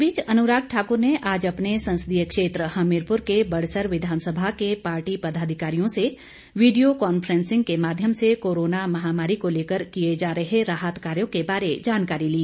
इस बीच अनुराग ठाकुर ने आज अपने संसदीय क्षेत्र हमीरपुर के बड़सर विधानसभा के पार्टी पदाधिकारियों से वीडियो कांफ्रेंसिंग के माध्यम से कोरोना महामारी को लेकर किए जा रहे राहत कार्यो के बारे जानकारी ली